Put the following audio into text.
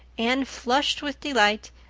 anne, flushed with delight,